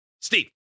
Steve